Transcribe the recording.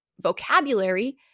vocabulary